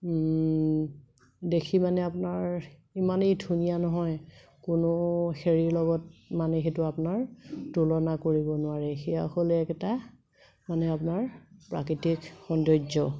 দেখি মানে আপোনাৰ ইমানেই ধুনীয়া নহয় কোনো হেৰিৰ লগত মানে সেইটো আপোনাৰ তুলনা কৰিব নোৱাৰে সেয়া হ'লে এটা মানে আপোনাৰ প্ৰাকৃতিক সৌন্দৰ্য